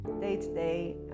day-to-day